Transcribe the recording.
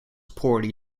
poorly